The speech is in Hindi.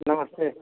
नमस्ते